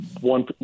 one